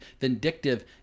vindictive